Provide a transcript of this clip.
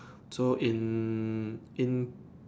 so in in